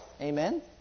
Amen